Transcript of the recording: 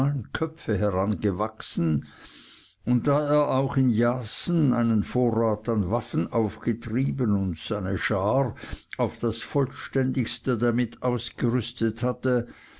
köpfe herangewachsen und da er auch in jassen einen vorrat an waffen aufgetrieben und seine schar auf das vollständigste damit ausgerüstet hatte